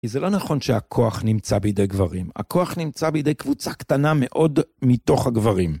כי זה לא נכון שהכוח נמצא בידי גברים. הכוח נמצא בידי קבוצה קטנה מאוד מתוך הגברים.